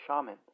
shaman